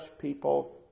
people